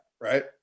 right